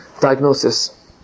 diagnosis